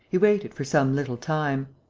he waited for some little time.